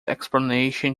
explanation